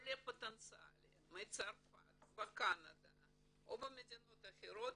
עולה פוטנציאלי מצרפת בקנדה או במדינות אחרות,